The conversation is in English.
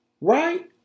Right